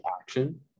action